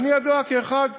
ואני ידוע כאחד